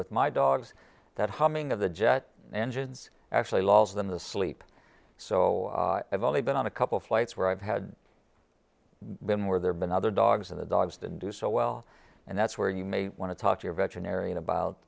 with my dogs that humming of the jet engines actually laws than the sleep so i've only been on a couple flights where i've had been where there been other dogs in the dogs didn't do so well and that's where you may want to talk to your veterinarian